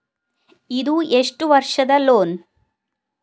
ಇದು ಎಷ್ಟು ವರ್ಷದ ಲೋನ್?